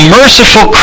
merciful